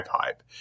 pipe